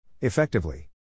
Effectively